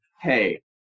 hey